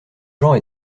gens